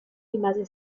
rimase